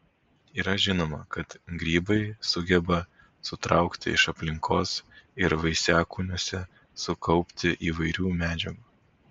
yra žinoma kad grybai sugeba sutraukti iš aplinkos ir vaisiakūniuose sukaupti įvairių medžiagų